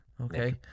okay